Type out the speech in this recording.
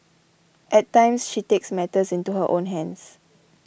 at times she takes matters into her own hands